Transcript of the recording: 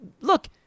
look